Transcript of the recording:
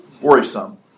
worrisome